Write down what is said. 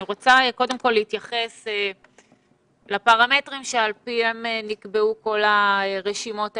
אני רוצה קודם כל להתייחס לפרמטרים שעל פיהם נקבעו כל הרשימות האלה,